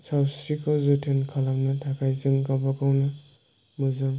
सावस्रिखौ जोथोन खालामनो थाखाय जों गावबा गावनो मोजां